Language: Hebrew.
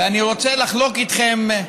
ואני רוצה לחלוק איתכם,